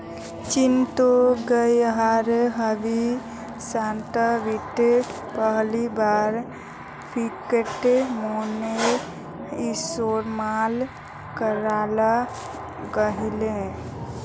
चिनोत ग्यारहवीं शाताब्दित पहली बार फ़िएट मोनेय्र इस्तेमाल कराल गहिल